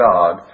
God